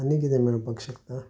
आनी किदें मेळपाक शकता